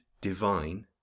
divine